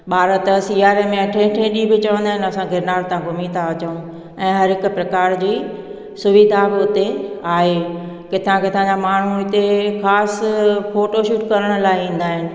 ॿार त सियारे में अठ अठ ॾींहं बि चवंदा आहिनि असां गिरनार सां घुमी था अचूं ऐं हर हिक प्रकार जी सुविधा हुते आहे किथां किथां जा माण्हू हिते ख़ासि फोटूशूट करायण लाइ ईंदा आहिनि